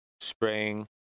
spraying